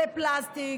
לפלסטיק,